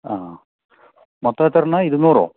ആ മൊത്തം എത്ര എണ്ണമാണ് ഇരുനൂറോ